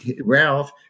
Ralph